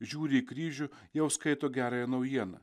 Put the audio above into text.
žiūri į kryžių jau skaito gerąją naujieną